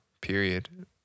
period